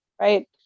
right